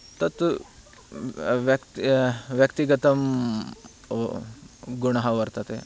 तत्तु व्यक्तिगतं गुणः वर्तते